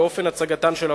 ואופן הצגתן של האותיות.